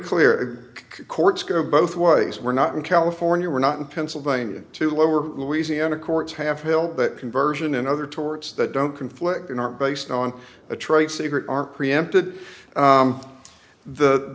clear courts go both ways we're not in california we're not in pennsylvania two lower louisiana courts have hill that conversion and other torts that don't conflict in are based on a trade secret are preempted